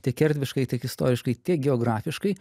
tiek erdviškai tiek istoriškai tiek geografiškai